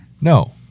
no